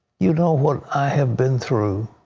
you know what i have been through.